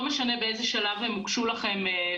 לא משנה באיזה שלב הם הוגשו לכם,